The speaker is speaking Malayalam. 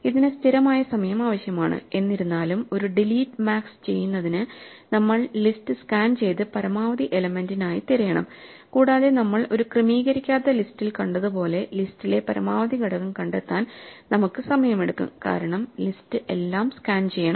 ഇതിന് സ്ഥിരമായ സമയം ആവശ്യമാണ് എന്നിരുന്നാലും ഒരു ഡിലീറ്റ് മാക്സ് ചെയ്യുന്നതിന് നമ്മൾ ലിസ്റ്റ് സ്കാൻ ചെയ്ത് പരമാവധി എലമെന്റിനായി തിരയണം കൂടാതെ നമ്മൾ ഒരു ക്രമീകരിക്കാത്ത ലിസ്റ്റിൽ കണ്ടതുപോലെ ലിസ്റ്റിലെ പരമാവധി ഘടകം കണ്ടെത്താൻ നമുക്ക് സമയമെടുക്കും കാരണം ലിസ്റ്റ് എല്ലാം സ്കാൻ ചെയ്യണം